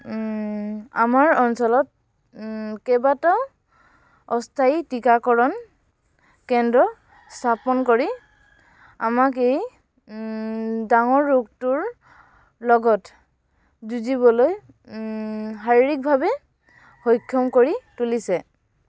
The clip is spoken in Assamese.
আমাৰ অঞ্চলত কেইবাটাও অস্থায়ী টীকাকৰণ কেন্দ্ৰ স্থাপন কৰি আমাক এই ডাঙৰ ৰোগটোৰ লগত যুঁজিবলৈ শাৰীৰিকভাৱে সক্ষম কৰি তুলিছে